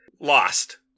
Lost